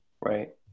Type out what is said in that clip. Right